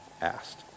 asked